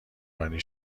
رانی